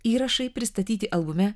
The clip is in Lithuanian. įrašai pristatyti albume